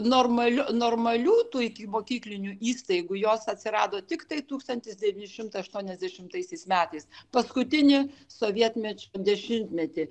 normaliu normalių tų ikimokyklinių įstaigų jos atsirado tiktai tūkstantis devyni šimtai aštuoniasdešimtaisiais metais paskutinį sovietmečio dešimtmetį